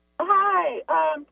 Hi